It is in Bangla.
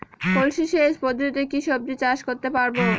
কলসি সেচ পদ্ধতিতে কি সবজি চাষ করতে পারব?